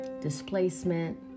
displacement